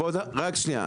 רק שנייה,